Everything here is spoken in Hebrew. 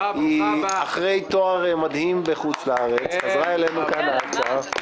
היא אחרי תואר מדהים בחוץ לארץ וחזרה אלינו ארצה.